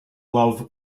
love